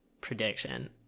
Prediction